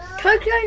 Tokyo